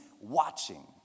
watching